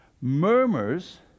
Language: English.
murmurs